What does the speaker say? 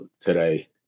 today